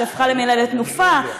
שהפכה למינהלת תנופה,